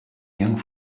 young